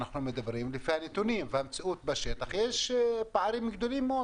לפי הנתונים ולפי המציאות בשטח יש פערים גדולים מאוד